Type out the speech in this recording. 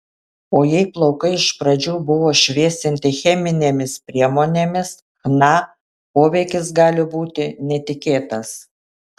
o jei plaukai iš pradžių buvo šviesinti cheminėmis priemonėmis chna poveikis gali būti netikėtas